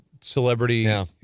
celebrity